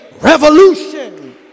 revolution